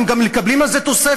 הם גם מקבלים על זה תוספת,